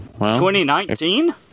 2019